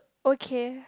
okay